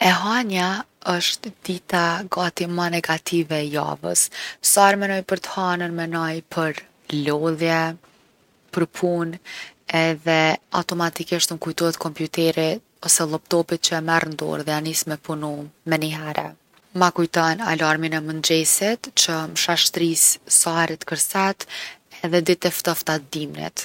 E hanja osht dita gati ma negative e javës. Sa here t’menoj për t’hanën menoj për lodhje, për punë edhe automatikisht m’kujtohet kompjuteri ose lloptopi që e merr n’dorë edhe ja nis me punu menihere. Ma kujton alarmin e mëngjesit që m’shashtris sahere t’kërset edhe ditët e ftofta t’dimnit.